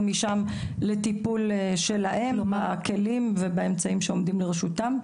משם לטיפול שלהם בכלים ובאמצעים שעומדים לרשותם.